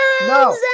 no